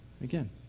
Again